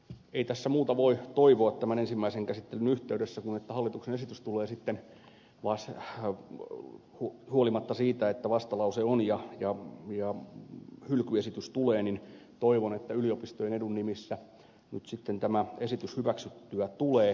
ei tässä muuta voi toivoa tämän ensimmäisen käsittelyn yhteydessä kuin että hallituksen esitys tulee sitten hyväksyttyä huolimatta siitä että vastalause on ja hylkyesitys tulee että yliopistojen edun nimissä nyt sitten tämä esitys hyväksyttyä tulee